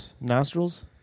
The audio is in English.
Nostrils